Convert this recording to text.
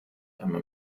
einmal